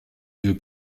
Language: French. lieu